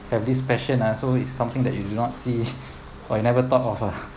have this passion ah so it's something that you do not see what you never thought of ah